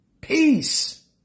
peace